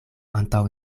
antaŭ